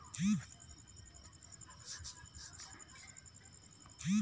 share बाजार मे खरीदारी के अलग अलग समय होला